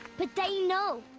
but they know!